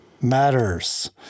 matters